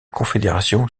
confédération